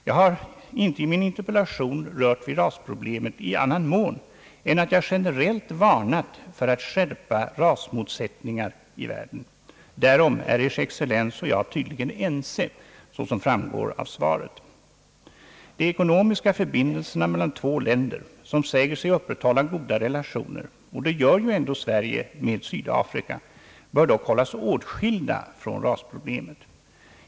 Jag har inte i min interpellation rört vid rasproblemet i annan mån än att jag generellt varnat för att skärpa rasmotsättningarna i världen. Därom är Ers excellens och jag tydligen ense, såsom framgår av svaret. De ekonomiska förbindelserna mellan två länder som säger sig upprätthålla goda relationer — och det gör ju ändå Sverige med Sydafrika — bör dock hållas åtskilda från rasproblemet.